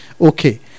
Okay